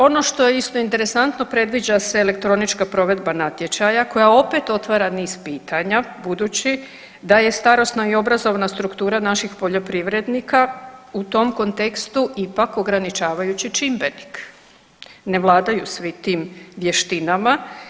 Ono što je isto interesantno, predviđa se elektronička provedba natječaja koja opet otvara niz pitanja, budući da je starosna i obrazovna struktura naših poljoprivrednika u tom kontekstu ipak ograničavajući čimbenik, ne vladaju svi tim vještinama.